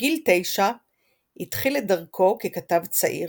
בגיל תשע התחיל את דרכו ככתב צעיר.